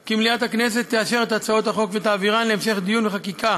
כי מליאת הכנסת תאשר את הצעות החוק ותעבירן להמשך דיון וחקיקה